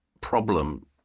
problem